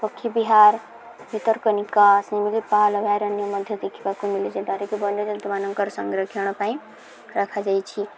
ପକ୍ଷୀ ବିହାର ଭିତରକନିକା ଶିମିଳିପାଳ ଅଭୟାରଣ୍ୟ ମଧ୍ୟ ଦେଖିବାକୁ ମିଲୁଛି ବନ୍ୟଜନ୍ତୁମାନଙ୍କର ସଂରକ୍ଷଣ ପାଇଁ ରଖାଯାଇଛି